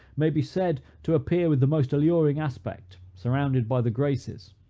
may be said to appear with the most alluring aspect, surrounded by the graces.